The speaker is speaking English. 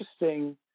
interesting